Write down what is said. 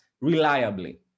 reliably